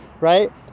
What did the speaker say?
right